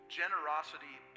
generosity